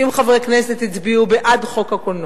ו-70 חברי כנסת הצביעו בעד חוק הקולנוע.